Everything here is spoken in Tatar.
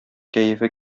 кәефе